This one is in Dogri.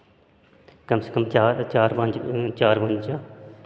कम से कम चार चार पंज चार पंज